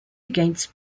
against